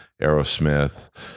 Aerosmith